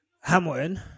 hamilton